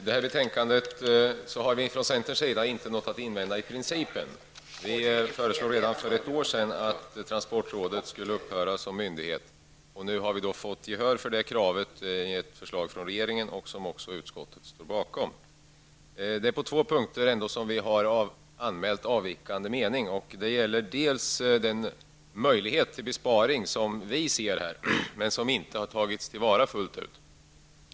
Fru talman! Från centern har vi i princip ingenting att invända mot detta betänkande. Vi föreslog redan för ett år sedan att transportrådet skulle upphöra som myndighet, och nu har vi fått gehör för det kravet i ett förslag från regeringen som också utskottet står bakom. Vi har ändå på två punkter anmält avvikande mening. Det gäller först den möjlighet till besparing som vi ser i detta sammanhang men som inte fullt ut har tagits till vara.